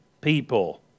people